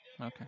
Okay